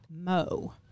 mo